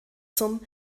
zum